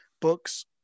books